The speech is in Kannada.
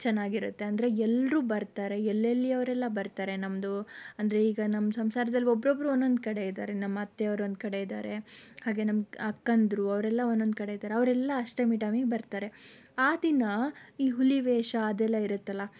ಚೆನ್ನಾಗಿರತ್ತೆ ಅಂದರೆ ಎಲ್ಲರೂ ಬರ್ತಾರೆ ಎಲ್ಲೆಲ್ಲಿಯವರೆಲ್ಲ ಬರ್ತಾರೆ ನಮ್ಮದು ಅಂದರೆ ಈಗ ನಮ್ಮ ಸಂಸಾರದಲ್ಲಿ ಒಬ್ಬೊಬ್ಬರು ಒಂದೊಂದು ಕಡೆ ಇದ್ದಾರೆ ನಮ್ಮ ಅತ್ತೆಯವರು ಒಂದು ಕಡೆ ಇದ್ದಾರೆ ಹಾಗೆ ನಮ್ಮ ಅಕ್ಕಂದಿರು ಅವರೆಲ್ಲ ಒಂದೊಂದು ಕಡೆ ಇದ್ದಾರೆ ಅವರೆಲ್ಲ ಅಷ್ಟಮಿ ಟೈಮಿಗೆ ಬರ್ತಾರೆ ಆ ದಿನ ಈ ಹುಲಿವೇಷ ಅದೆಲ್ಲ ಇರತ್ತಲ್ಲ